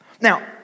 Now